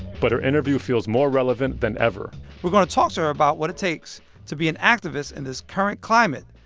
but her interview feels more relevant than ever we're going to talk to her about what it takes to be an activist in this current climate,